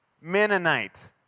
Mennonite